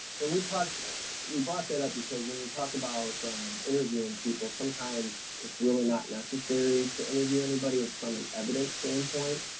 when we talked we brought that up because when we talk about interviewing people sometimes it's really not necessary to interview anybody. it's from an evidence standpoint.